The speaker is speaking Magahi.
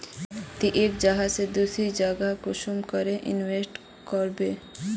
ती एक जगह से दूसरा जगह कुंसम करे इन्वेस्टमेंट करबो?